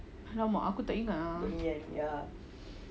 !alamak! aku tak ingat ah